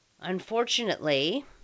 Unfortunately